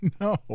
No